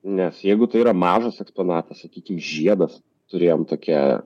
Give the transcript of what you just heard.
nes jeigu tai yra mažas eksponatas sakykim žiedas turėjom tokią